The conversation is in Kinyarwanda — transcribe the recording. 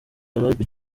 arabia